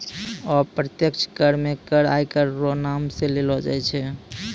अप्रत्यक्ष कर मे कर आयकर रो नाम सं लेलो जाय छै